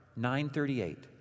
9.38